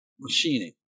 machining